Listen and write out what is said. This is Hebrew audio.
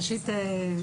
ראשית,